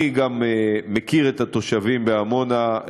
אני גם מכיר את התושבים בעמונה,